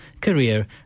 career